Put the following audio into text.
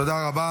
תודה רבה.